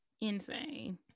insane